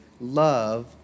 love